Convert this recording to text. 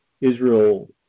Israel